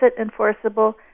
enforceable